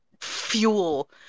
fuel